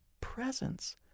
presence